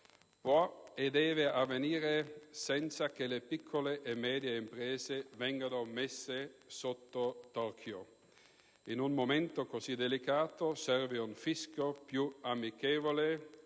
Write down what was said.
può e deve avvenire senza che le piccole medie imprese vengano messe sotto torchio. In un momento così delicato serve un fisco più amichevole,